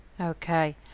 Okay